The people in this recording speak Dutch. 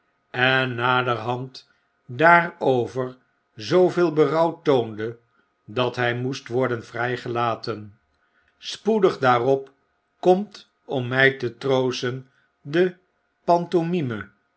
en naderhand daarover zooveel berouw toonde dat hj moest worden vrygelaten spoedig daarop komt om my te troosten de